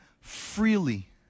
freely